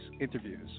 Interviews